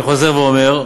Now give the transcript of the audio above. אני חוזר ואומר,